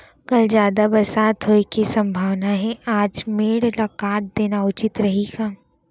कल जादा बरसात होये के सम्भावना हे, आज मेड़ ल काट देना उचित रही का?